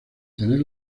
tener